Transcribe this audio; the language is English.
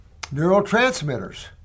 neurotransmitters